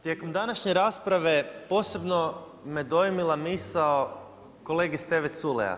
Tijekom današnje rasprave posebno me dojmila misao kolege Steve Culeja.